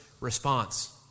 response